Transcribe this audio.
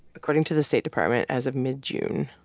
according to the state department, as of mid-june,